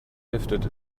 lifted